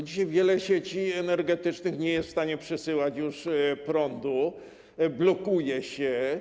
Dzisiaj wiele sieci energetycznych nie jest już w stanie przesyłać prądu, blokuje się.